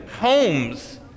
homes